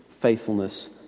faithfulness